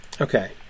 okay